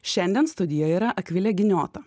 šiandien studijoje yra akvilė giniota